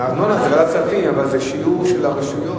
ארנונה זה ועדת כספים, אבל זה שילוב של הרשויות.